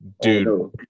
Dude